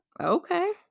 Okay